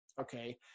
Okay